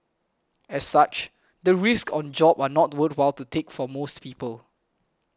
as such the risks on the job are not worthwhile to take for most people